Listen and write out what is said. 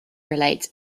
relate